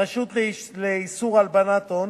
הרשות לאיסור הלבנת הון